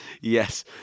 Yes